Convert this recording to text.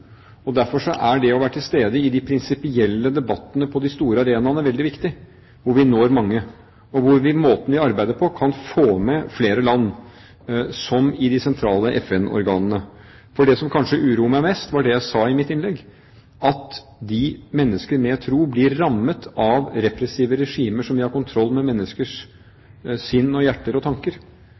Derfor er det å være til stede i de prinsipielle debattene på de store arenaene veldig viktig – hvor vi når mange, og hvor vi, ved måten vi arbeider på, kan få med flere land, som i de sentrale FN-organene. Det som kanskje uroer meg mest, var det jeg sa i mitt innlegg, at mennesker med tro blir rammet av repressive regimer som vil ha kontroll med menneskers sinn, hjerte og tanker. Da er de ute etter regimekritikere og